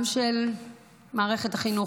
גם של מערכת החינוך,